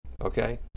okay